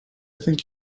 think